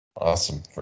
Awesome